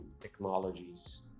technologies